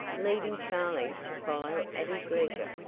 leaving charley to follow at his leisure.